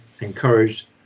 encouraged